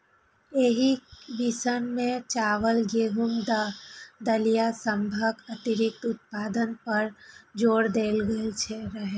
एहि मिशन मे चावल, गेहूं आ दालि सभक अतिरिक्त उत्पादन पर जोर देल गेल रहै